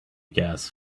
gas